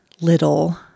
little